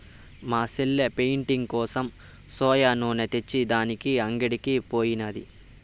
మా సెల్లె పెయింటింగ్ కోసం సోయా నూనె తెచ్చే దానికి అంగడికి పోయినాది